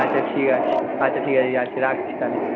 আচ্ছা ঠিক আছে আচ্ছা ঠিক আছে যাচ্ছি রাখছি তাহলে